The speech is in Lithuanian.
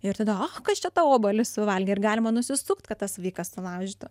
ir tada kas čia tą obuolį suvalgė ir galima nusisukt kad tas vaikas sulaužytų